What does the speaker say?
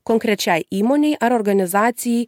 konkrečiai įmonei ar organizacijai